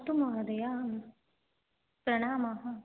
अस्तु महोदय प्रणामः